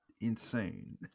insane